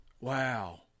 Wow